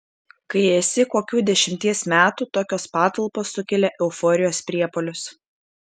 kai esi kokių dešimties metų tokios patalpos sukelia euforijos priepuolius